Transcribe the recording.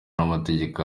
n’amategeko